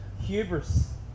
Hubris